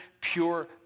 pure